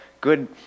good